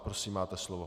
Prosím, máte slovo.